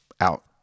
Out